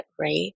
right